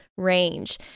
range